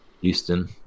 Houston